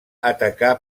atacar